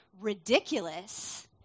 ridiculous